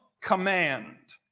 command